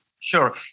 Sure